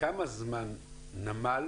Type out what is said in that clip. כמה זמן נמל